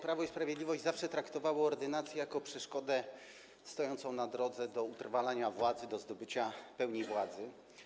Prawo i Sprawiedliwość zawsze traktowało ordynację jako przeszkodę stojącą na przeszkodzie do utrwalania władzy, do zdobycia pełni władzy.